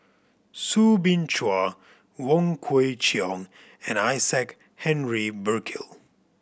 Soo Bin Chua Wong Kwei Cheong and Isaac Henry Burkill